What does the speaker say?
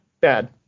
Bad